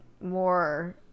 more